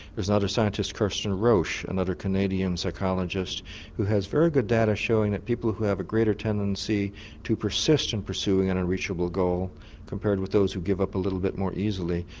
there's another scientist kirsten roche another canadian psychologist who has very good data showing that people who have a greater tendency to persist in pursuing an unreachable goal compared with those who give up a little bit more easily.